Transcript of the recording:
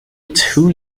two